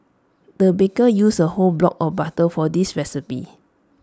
the baker used A whole block of butter for this recipe